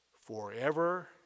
forever